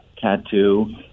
tattoo